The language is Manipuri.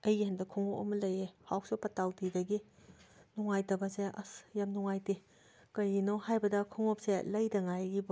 ꯑꯩꯒꯤ ꯍꯟꯗꯛ ꯈꯣꯡꯎꯞ ꯑꯃ ꯂꯩꯌꯦ ꯍꯥꯎꯁ ꯑꯣꯐ ꯄꯇꯥꯎꯗꯤꯗꯒꯤ ꯅꯨꯡꯉꯥꯏꯇꯕꯁꯦ ꯑꯁ ꯌꯥꯝ ꯅꯨꯡꯉꯥꯏꯇꯦ ꯀꯩꯒꯤꯅꯣ ꯍꯥꯏꯕꯗ ꯈꯣꯡꯎꯞꯁꯦ ꯂꯩꯗ ꯉꯥꯏꯔꯤꯕꯀꯣ